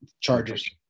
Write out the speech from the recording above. chargers